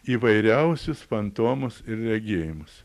įvairiausius fantomus ir regėjimus